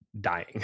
dying